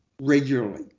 regularly